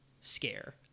scare